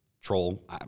troll